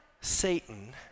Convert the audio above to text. Satan